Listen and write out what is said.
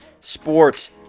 sports